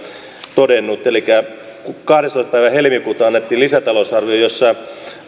todennut elikkä kahdestoista päivä helmikuuta annettiin lisätalousarvio jossa